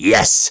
Yes